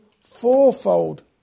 fourfold